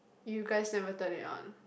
you guys never turn it on